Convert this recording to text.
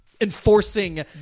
enforcing